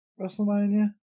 WrestleMania